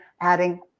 adding